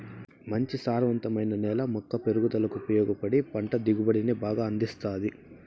మంచి సారవంతమైన నేల మొక్క పెరుగుదలకు ఉపయోగపడి పంట దిగుబడిని బాగా అందిస్తాది